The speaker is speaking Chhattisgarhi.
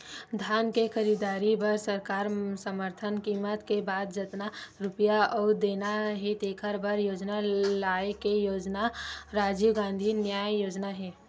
धान के खरीददारी बर सरकार समरथन कीमत के बाद जतना रूपिया अउ देना हे तेखर बर योजना लाए हे योजना राजीव गांधी न्याय योजना हे